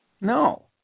No